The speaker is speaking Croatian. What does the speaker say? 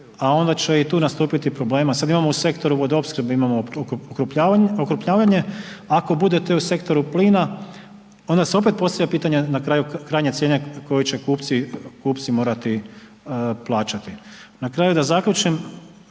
a onda će i tu nastupiti problema. Sada imamo u sektoru vodoopskrbe imamo okrupnjavanje, ako to bude u sektoru plina onda se opet postavlja pitanje krajnje cijene koju će kupci morati plaćati. Na kraju da zaključim,